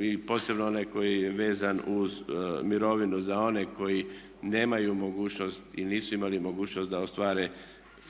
i posebno onaj koji je vezan uz mirovinu za one koji nemaju mogućnost i nisu imali mogućnost da ostvare